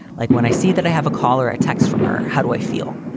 like when i see that i have a call or a text from her, how do i feel?